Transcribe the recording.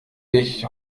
ich